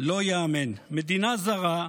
לא ייאמן: מדינה זרה,